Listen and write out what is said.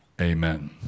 Amen